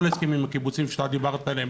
ההסכמים הקיבוציים במשק שאתה דיברת עליהם,